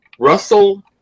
Russell